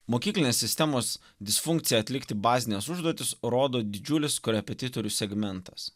mokyklinės sistemos disfunkciją atlikti bazines užduotis rodo didžiulis korepetitorių segmentas